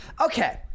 Okay